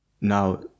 now